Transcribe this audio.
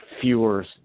fewer